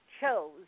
chose